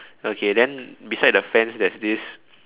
okay then beside the fence there's this